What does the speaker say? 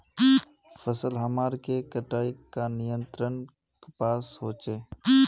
फसल हमार के कटाई का नियंत्रण कपास होचे?